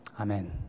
Amen